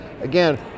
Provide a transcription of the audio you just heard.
again